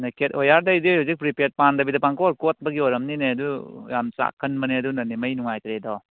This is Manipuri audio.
ꯅꯦꯀꯦꯠ ꯋꯦꯌꯥꯔꯗꯩꯗꯤ ꯍꯧꯖꯤꯛ ꯄ꯭ꯔꯤꯄꯦꯗ ꯄꯥꯟꯗꯕꯤꯗ ꯄꯪꯀꯣꯠ ꯀꯣꯠꯄꯒꯤ ꯑꯣꯏꯔꯝꯅꯤꯅꯦ ꯑꯗꯨ ꯌꯥꯝ ꯆꯥꯛꯀꯟꯕꯅꯦ ꯑꯗꯨꯅꯅꯦ ꯃꯩ ꯅꯨꯡꯉꯥꯏꯇ꯭ꯔꯤꯗꯣ